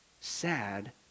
sad